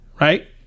right